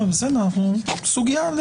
סוגיה.